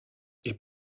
est